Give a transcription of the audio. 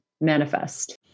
manifest